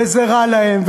וזה רע להם,